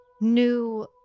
new